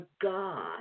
God